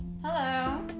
Hello